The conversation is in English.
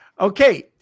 Okay